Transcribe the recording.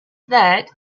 that